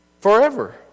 Forever